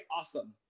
Awesome